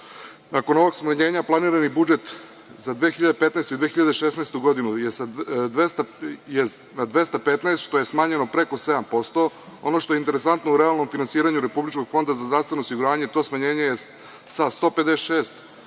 nakon ovog smanjenja planirani budžet za 2015. godinu i 2016. godinu je na 215 što je smanjeno preko 7%, ono što je interesantno u realnom finansiranju Republičkog fonda za zdravstveno osiguranje to smanjenje je sa 156